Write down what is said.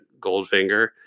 Goldfinger